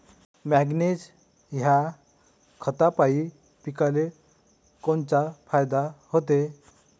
Magnesium ह्या खतापायी पिकाले कोनचा फायदा होते?